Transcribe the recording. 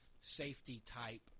safety-type